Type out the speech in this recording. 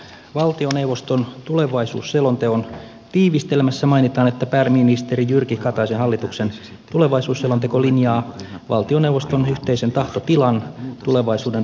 valtioneuvoston tulevaisuusselonteon tiivistelmässä mainitaan että pääministeri jyrki kataisen hallituksen tulevaisuusselonteko linjaa valtioneuvoston yhteisen tahtotilan tulevaisuuden rakentamiseksi